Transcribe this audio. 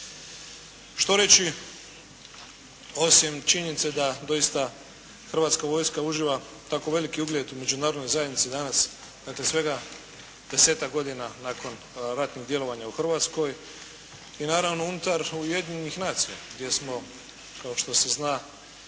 Što reći osim činjenice da Hrvatska vojska doista uživa tako veliki ugled u međunarodnoj zajednici danas, dakle svega desetak godina nakon ratnih djelovanja u Hrvatskoj i naravno unutar Ujedinjenih nacija gdje smo kao što se zna